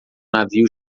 navio